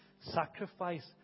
sacrifice